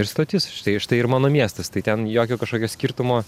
ir stotis štai štai ir mano miestas tai ten jokio kažkokio skirtumo